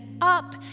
up